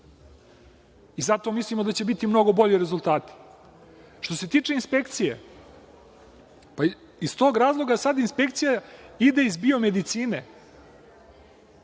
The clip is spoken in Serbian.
I zato mislimo da će biti mnogo bolji rezultati. Što se tiče inspekcije, iz tog razloga sad inspekcija ide iz biomedicine